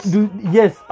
Yes